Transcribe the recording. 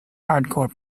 hardcore